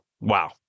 wow